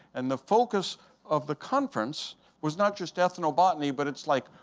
and the focus of the conference was not just ethnobotany, but it's like,